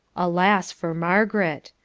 alas! for margaret.